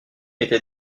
était